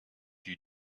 you